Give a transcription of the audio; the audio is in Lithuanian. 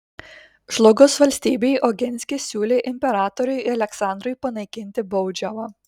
žlugus valstybei oginskis siūlė imperatoriui aleksandrui panaikinti baudžiavą